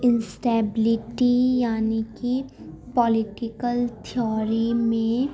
instability یعنی کہ political theory میں